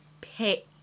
pay